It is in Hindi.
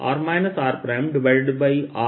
r r